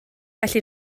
felly